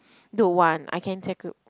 don't want I can